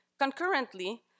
Concurrently